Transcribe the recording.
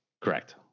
Correct